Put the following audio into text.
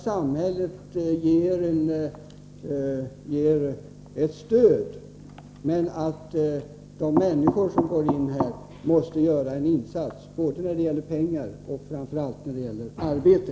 Samhället ger ett stöd, men de människor som engagerar sig gör en insats både med pengar och framför allt i form av arbete.